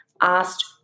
asked